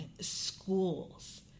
schools